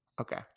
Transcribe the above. Okay